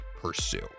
pursue